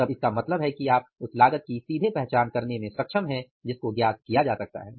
तब इसका मतलब है कि आप उस लागत कि सीधे पहचान करने में सक्षम हैं जिसको ज्ञात किया जा सकता है